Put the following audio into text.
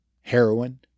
heroin